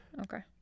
Okay